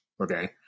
Okay